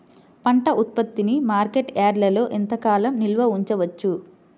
పంట ఉత్పత్తిని మార్కెట్ యార్డ్లలో ఎంతకాలం నిల్వ ఉంచవచ్చు?